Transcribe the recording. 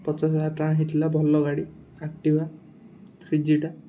ପଚାଶ ହଜାର ଟଙ୍କା ହେଇଥିଲା ଭଲ ଗାଡ଼ି ଆକ୍ଟିଭା ଥ୍ରୀ ଜି'ଟା